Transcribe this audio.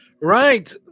right